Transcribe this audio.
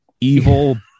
Evil